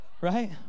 right